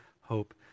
hope